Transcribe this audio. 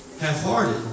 half-hearted